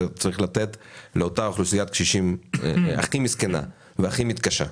צריך לתת לאותה אוכלוסיית קשישים הכי מסכנה והכי מתקשה.